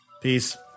peace